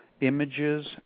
images